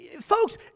Folks